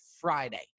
Friday